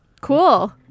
Cool